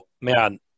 man